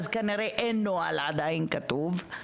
כנראה אין עדיין נוהל כתוב.